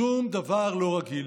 שום דבר לא רגיל.